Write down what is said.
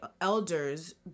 elders